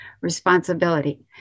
responsibility